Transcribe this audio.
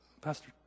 Pastor